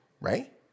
right